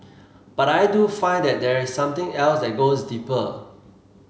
but I do find that there is something else that goes deeper